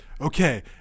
okay